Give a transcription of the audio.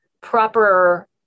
proper